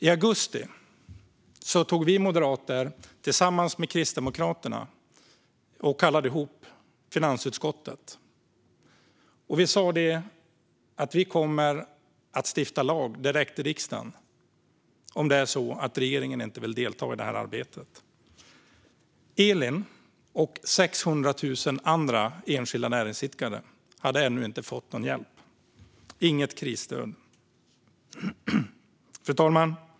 I augusti kallade vi moderater tillsammans med Kristdemokraterna ihop finansutskottet. Det vi sa var att vi kommer att stifta lag direkt i riksdagen om nu regeringen inte vill delta i arbetet. Elin och 600 000 andra enskilda näringsidkare hade ännu inte fått någon hjälp, inget krisstöd. Fru talman!